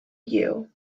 you